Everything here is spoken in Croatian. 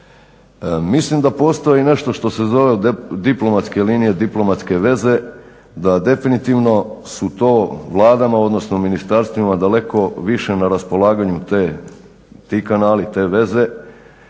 mislim da postoji nešto što se zove diplomatske linije, diplomatske veze da definitivno su to Vladama, odnosno ministarstvima daleko više na raspolaganju te, ti kanali, te veze